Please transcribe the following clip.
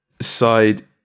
side